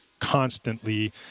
constantly